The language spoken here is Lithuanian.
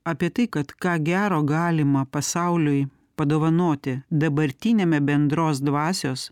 apie tai kad ką gero galima pasauliui padovanoti dabartiniame bendros dvasios